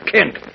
Kent